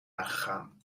aangegaan